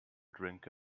drink